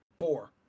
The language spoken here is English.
Four